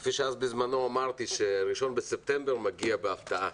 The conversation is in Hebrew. וכפי שבזמנו אמרתי, ש-1 בספטמבר מגיע בהפתעה